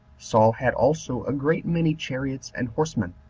saul had also a great many chariots and horsemen,